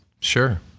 Sure